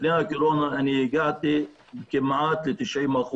לפני הקורונה הצלחתי להגיע כמעט ל-90%.